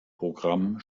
programm